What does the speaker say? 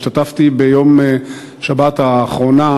השתתפתי ביום שבת האחרון,